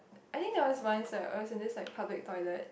I think there was once ah I was in this like public toilet